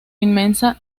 inmensa